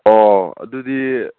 ꯑꯣ ꯑꯗꯨꯗꯤ